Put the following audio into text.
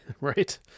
Right